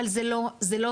אבל זה לא זה,